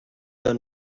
don